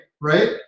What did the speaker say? right